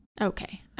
Okay